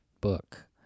book